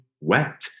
wet